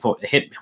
hit